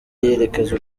yerekeza